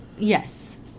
Yes